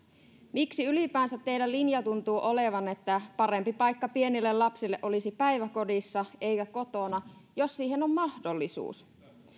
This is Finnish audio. miksi ylipäänsä teillä linja tuntuu olevan että parempi paikka pienille lapsille olisi päiväkodissa eikä kotona jos siihen on mahdollisuus